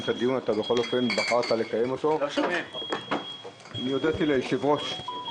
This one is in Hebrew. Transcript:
את הדיון בכל אופן בחרת לקיים אותו.